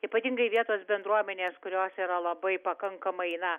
ypatingai vietos bendruomenės kurios yra labai pakankamai na